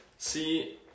See